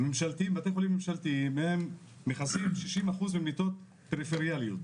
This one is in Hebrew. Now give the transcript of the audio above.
בתי החולים הממשלתיים מכסים 60% מהמיטות בפריפריה.